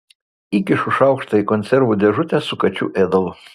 įkišu šaukštą į konservų dėžutę su kačių ėdalu